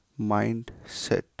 Mindset